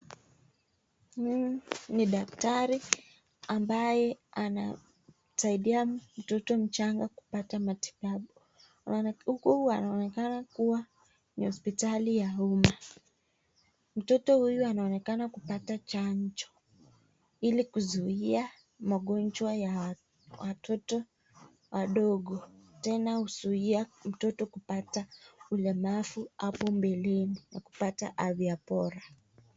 Mimi ni daktari ambaye anasaidia mtoto mchanga kupata matibabu. Huku wanaonekana kua ni hospitali ya umma. Mtoto huyu anaonekana kupata chanjo ili kuzuia magongwa ya watoto wadogo, tena huzuia mtoto kupata ulemavu hapo mbeleni na kupata afya bora.